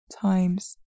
times